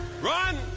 run